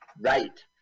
Right